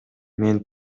мен